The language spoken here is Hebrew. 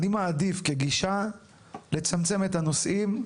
אני מעדיף כגישה לצמצם את הנושאים,